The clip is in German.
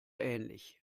ähnlich